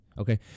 okay